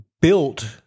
built